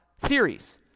theories